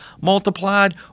multiplied